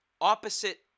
opposite